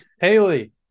Haley